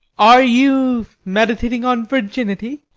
are you meditating on virginity?